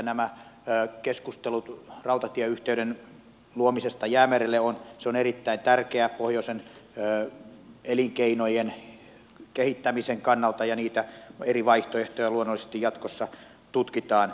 nämä keskustelut rautatieyhteyden luomisesta jäämerelle ovat erittäin tärkeitä pohjoisen elinkeinojen kehittämisen kannalta ja niitä eri vaihtoehtoja luonnollisesti jatkossa tutkitaan